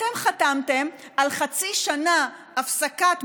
אתם חתמתם על חצי שנה הפסקה,